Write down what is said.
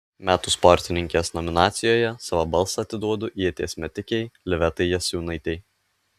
metų sportininkės nominacijoje savo balsą atiduodu ieties metikei livetai jasiūnaitei